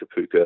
Kapuka